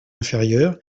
inférieure